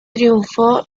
triunfó